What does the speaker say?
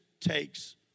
takes